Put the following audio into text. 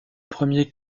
premier